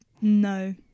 no